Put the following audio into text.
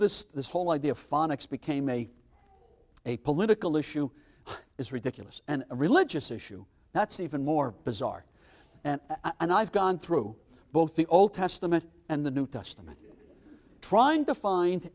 this this whole idea of phonics became a a political issue is ridiculous and a religious issue that's even more bizarre and i've gone through both the old testament and the new testament trying to find